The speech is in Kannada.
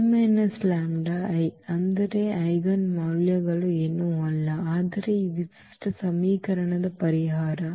A λI ಅಂದರೆ ಐಜೆನ್ ಮೌಲ್ಯಗಳು ಏನೂ ಅಲ್ಲ ಆದರೆ ಈ ವಿಶಿಷ್ಟ ಸಮೀಕರಣದ ಪರಿಹಾರ